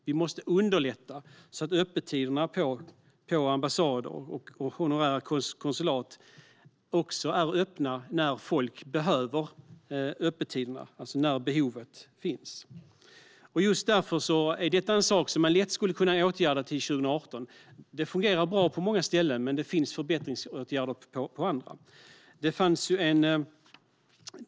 Vi måste underlätta så att ambassader och honorära konsulat är öppna när behovet finns. Detta är en sak som man lätt skulle kunna åtgärda till 2018. Det fungerar bra på många ställen, men det finns förbättringsåtgärder att vidta på andra.